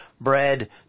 bread